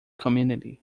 community